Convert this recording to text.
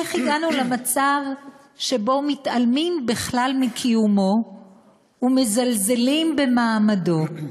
איך הגענו למצב שמתעלמים בכלל מקיומו ומזלזלים במעמדו?